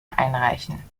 einreichen